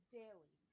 daily